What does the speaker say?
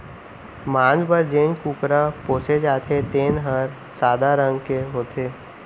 मांस बर जेन कुकरा पोसे जाथे तेन हर सादा रंग के होथे